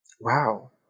Wow